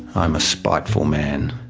i'm a spiteful man.